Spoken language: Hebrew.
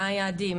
מה היעדים,